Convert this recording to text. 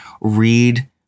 read